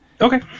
Okay